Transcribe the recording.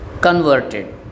converted